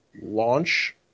launch